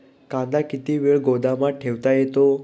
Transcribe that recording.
कांदा किती वेळ गोदामात ठेवता येतो?